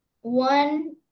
one